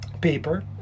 paper